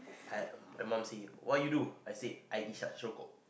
I my mum say why you do I said I est